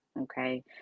okay